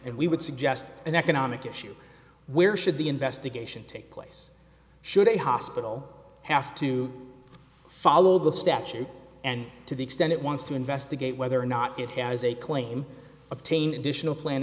we would suggest an economic issue where should the investigation take place should a hospital have to follow the statute and to the extent it wants to investigate whether or not it has a claim obtain additional plan